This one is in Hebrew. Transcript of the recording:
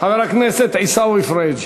חבר הכנסת עיסאווי פריג'.